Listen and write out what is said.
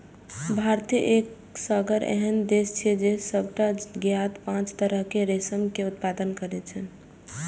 भारत एसगर एहन देश छियै, जे सबटा ज्ञात पांच तरहक रेशम के उत्पादन करै छै